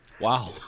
Wow